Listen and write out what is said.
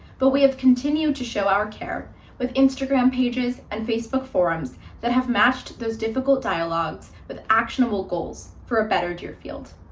but we have continued to show our care with instagram pages and facebook forums that have mashed those difficult dialogues with actionable goals for a better deerfield.